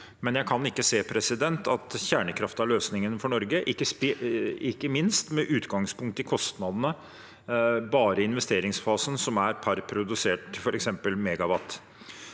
men jeg kan ikke se at kjernekraft er løsningen for Norge, ikke minst med utgangspunkt i kostnadene bare i investeringsfasen, som er per produserte megawatt,